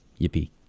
yippee